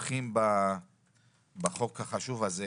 תומכים בחוק החשוב הזה